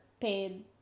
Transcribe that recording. paid